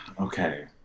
okay